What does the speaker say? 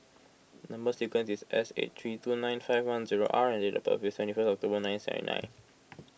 Number Sequence is S eight three two nine five one zero R and date of birth is twenty first October ninety seven nine